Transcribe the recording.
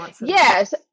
Yes